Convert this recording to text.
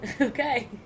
Okay